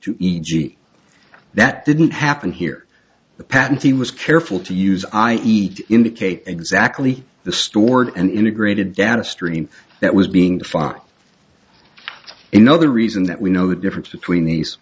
to e g that didn't happen here the patent he was careful to use i e indicate exactly the stored and integrated data stream that was being fucked in other reason that we know the difference between these